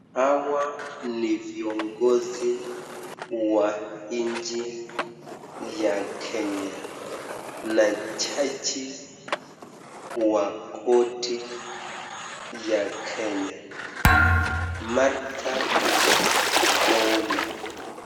Hawa ni viongozi wa nchi ya Kenya na jaji wa koti ya Kenya Martha Koome.